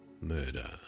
murder